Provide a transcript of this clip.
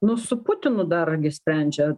nu su putinu dar irgi sprendžia